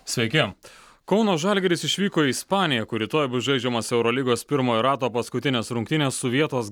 sveiki kauno žalgiris išvyko į ispaniją kur rytoj bus žaidžiamos eurolygos pirmojo rato paskutinės rungtynės su vietos